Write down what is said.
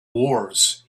wars